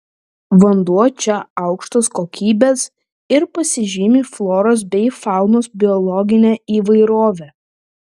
vanduo čia aukštos kokybės ir pasižymi floros bei faunos biologine įvairove